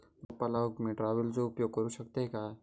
रोपा लाऊक मी ट्रावेलचो उपयोग करू शकतय काय?